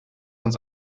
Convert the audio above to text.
uns